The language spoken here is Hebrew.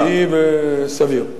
אני חושב שזה טבעי וסביר.